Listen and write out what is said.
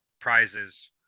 prizes